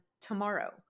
tomorrow